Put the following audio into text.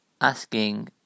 asking